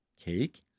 cake